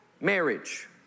marriage